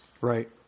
right